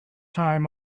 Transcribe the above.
time